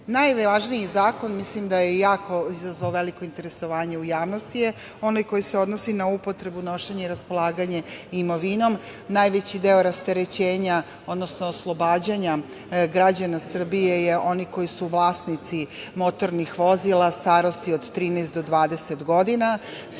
godinu. Najvažniji zakon, mislim da je izazvao jako veliko interesovanje u javnosti, je onaj koji se odnosi na upotrebu, nošenje i raspolaganje imovinom. Najveći deo rasterećenja, odnosno oslobađanja građana Srbije je za one koji su vlasnici motornih vozila starosti od 13 do 20 godina.